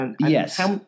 Yes